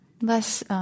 less